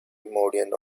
morena